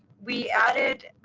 we added,